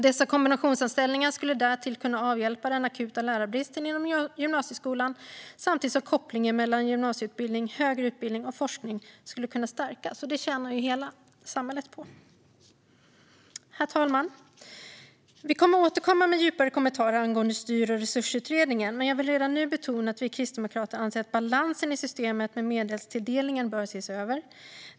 Dessa kombinationsanställningar skulle därtill kunna avhjälpa den akuta lärarbristen inom gymnasieskolan, samtidigt som kopplingen mellan gymnasieutbildning, högre utbildning och forskning skulle kunna stärkas. Det skulle hela samhället tjäna på. Herr talman! Vi kommer att återkomma med djupare kommentarer angående Styr och resursutredningen, men jag vill redan nu betona att vi kristdemokrater anser att balansen i systemet för medelstilldelningen bör ses över.